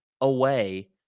away